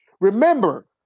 Remember